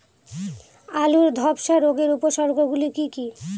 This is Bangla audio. আলুর ধ্বসা রোগের উপসর্গগুলি কি কি?